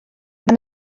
mae